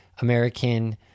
American